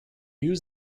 use